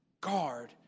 guard